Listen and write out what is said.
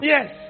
Yes